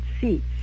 seats